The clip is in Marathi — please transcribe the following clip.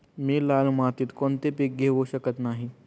मी लाल मातीत कोणते पीक घेवू शकत नाही?